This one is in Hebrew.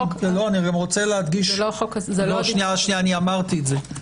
אני גם רוצה להדגיש ואמרתי את זה.